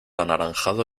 anaranjado